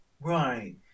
right